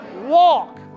walk